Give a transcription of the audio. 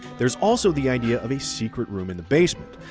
there's also the idea of a secret room in the basement.